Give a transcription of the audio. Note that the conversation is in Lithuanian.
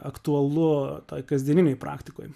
aktualu toj kasdieninėj praktikoj